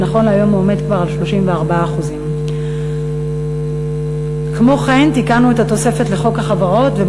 ונכון להיום הוא כבר 34%. כמו כן תיקנו את התוספת לחוק החברות,